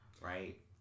right